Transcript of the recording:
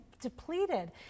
depleted